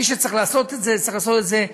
מי שצריך לעשות את זה צריך לעשות את זה,